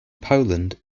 poland